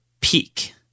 peak